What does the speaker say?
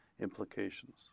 implications